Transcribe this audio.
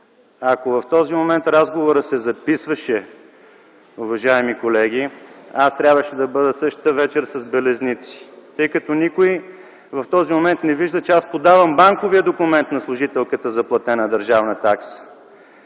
Ако в този момент разговорът се записваше, уважаеми колеги, аз трябваше същата вечер да бъда с белезници, тъй като никой в този момент не вижда, че аз подавам банковия документ на служителката за платена държавна такса.